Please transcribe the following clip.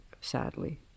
sadly